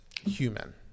human